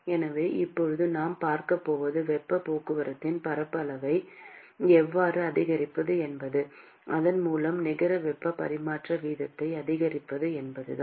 எனவே இப்போது நாம் பார்க்கப் போவது வெப்பப் போக்குவரத்தின் பரப்பளவை எவ்வாறு அதிகரிப்பது மற்றும் அதன் மூலம் நிகர வெப்பப் பரிமாற்ற வீதத்தை அதிகரிப்பது என்பதுதான்